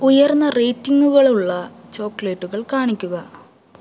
ഉയർന്ന റേറ്റിംഗുകളുള്ള ചോക്ലേറ്റുകൾ കാണിക്കുക